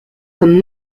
comme